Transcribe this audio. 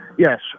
Yes